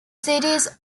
cities